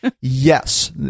Yes